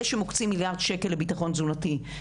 שמוקצים מיליארד שקל לביטחון תזונתי.